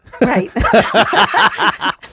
right